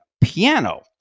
piano